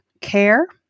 care